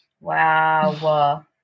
Wow